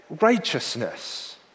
righteousness